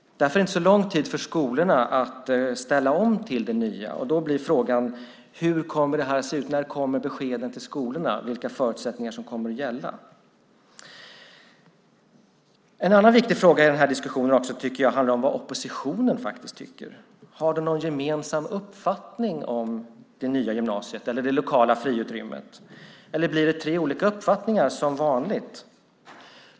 Därför är det inte så lång tid för skolorna att ställa om till det nya. Då blir frågan: Hur kommer det att se ut? När kommer beskeden till skolorna om vilka förutsättningar som kommer att gälla? En annan viktig fråga i den här diskussionen handlar om vad oppositionen tycker. Har ni någon gemensam uppfattning om det nya gymnasiet eller det lokala friutrymmet, eller blir det tre olika uppfattningar som vanligt?